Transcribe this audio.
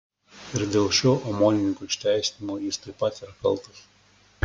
ir dėl šio omonininkų išteisinimo jis taip pat yra kaltas